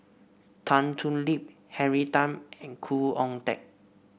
Tan Thoon Lip Henry Tan and Khoo Oon Teik